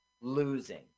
Losing